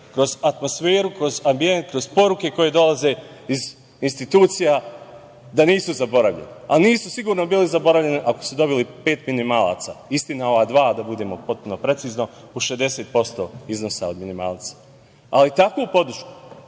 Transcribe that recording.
kroz atmosferu, kroz ambijent, kroz poruke koje dolaze iz institucija da nisu zaboravljeni. Nisu sigurni bili zaboravljeni ako su dobili pet minimalaca. Istina, ova dva, da budemo potpuno precizni, 60% iznosa minimalca. Ali, takvu podršku,